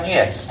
Yes